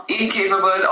incapable